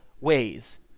ways